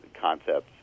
concepts